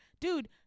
dude